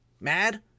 mad